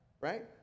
right